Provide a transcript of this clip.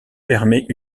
permet